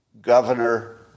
governor